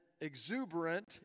exuberant